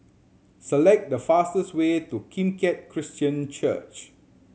select the fastest way to Kim Keat Christian Church